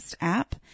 app